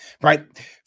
Right